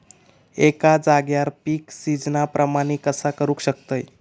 एका जाग्यार पीक सिजना प्रमाणे कसा करुक शकतय?